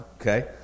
Okay